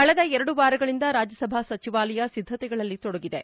ಕಳೆದ ಎರಡು ವಾರಗಳಿಂದ ರಾಜ್ಯಸಭಾ ಸಚಿವಾಲಯ ಸಿದ್ದತೆಗಳಲ್ಲಿ ತೊಡಗಿದೆ